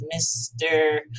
Mr